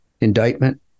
indictment